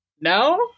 No